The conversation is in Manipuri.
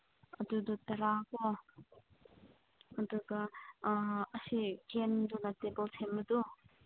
ꯑꯗꯨꯗꯨ ꯇꯔꯥꯀꯣ ꯑꯗꯨꯒ ꯑꯁꯤ ꯀꯦꯟꯗꯨꯅ ꯇꯦꯡꯀꯣꯠ ꯁꯦꯝꯕꯗꯣ